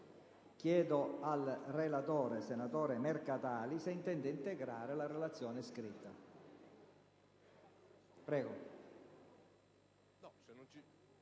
Chiedo al relatore, senatore Mercatali, se intende integrare la relazione scritta.